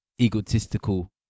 egotistical